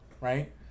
right